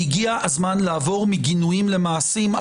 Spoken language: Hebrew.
והגיע הזמן לעבור מגינויים למעשים.